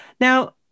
Now